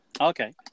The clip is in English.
Okay